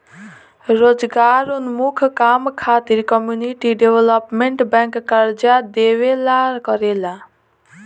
रोजगारोन्मुख काम खातिर कम्युनिटी डेवलपमेंट बैंक कर्जा देवेला करेला